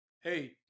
Hey